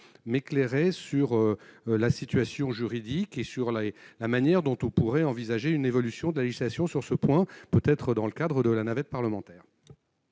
m'éclairer sur la situation juridique et sur la et la manière dont on pourrait envisager une évolution de la législation sur ce point, peut-être dans le cadre de la navette parlementaire.